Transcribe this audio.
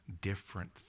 different